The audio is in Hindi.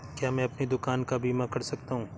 क्या मैं अपनी दुकान का बीमा कर सकता हूँ?